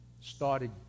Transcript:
started